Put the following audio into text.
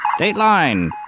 dateline